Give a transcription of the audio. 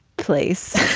place